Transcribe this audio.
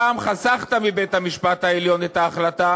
הפעם חסכת מבית-המשפט העליון את ההחלטה